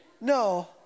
No